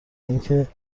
اینکه